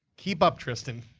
keep up, tristan!